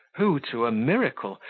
who, to a miracle,